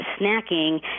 snacking